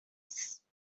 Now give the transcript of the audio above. است